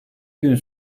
gün